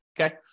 okay